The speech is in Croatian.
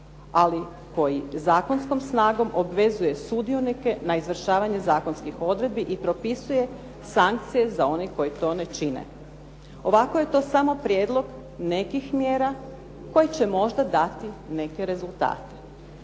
ali koji zakonskom snagom obvezuje sudionike na izvršavanje zakonskih odredbi i propisuje sankcije za one koji to ne čine. Ovako je to samo prijedlog nekih mjera koje će možda dati neke rezultate.